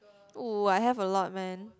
oh I have a lot man